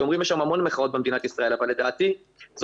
אומרים שיש המון מחאות במדינת ישראל אבל לדעתי זו